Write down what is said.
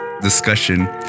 discussion